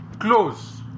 Close